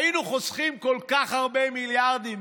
היינו חוסכים כל כך הרבה מיליארדים.